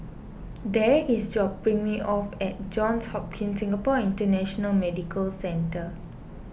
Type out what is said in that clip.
Derrek is dropping me off at Johns Hopkins Singapore International Medical Centre